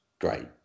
great